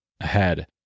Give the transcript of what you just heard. ahead